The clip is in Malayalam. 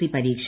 സി പരീക്ഷ